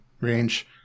range